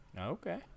Okay